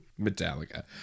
metallica